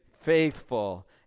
faithful